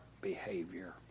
behavior